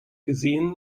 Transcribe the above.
gesehen